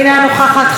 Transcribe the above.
אינה נוכחת,